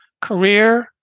career